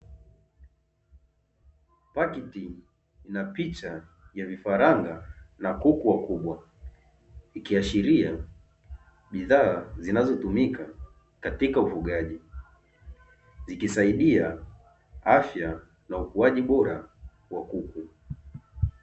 Pakiti ina picha ya vifaranga na kuku wakubwa ikiashiria bidhaa zinazotumika katika ufugaji zikisaidia afya na ukuaji bora wa kuku.